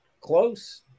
close